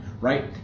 Right